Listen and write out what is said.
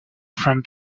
from